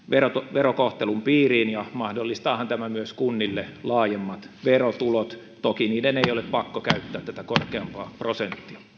verokohtelun piiriin ja mahdollistaahan tämä myös kunnille laajemmat verotulot toki niiden ei ei ole pakko käyttää tätä korkeampaa prosenttia